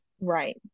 right